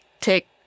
take